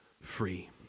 free